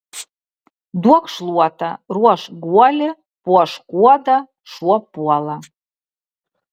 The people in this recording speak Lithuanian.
duok šluotą ruošk guolį puošk kuodą šuo puola